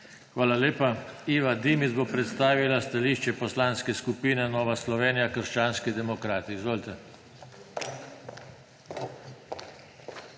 Hvala lepa. Iva Dimic bo predstavila stališče Poslanske skupine Nova Slovenija – krščanski demokrati. Izvolite.